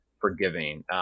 forgiving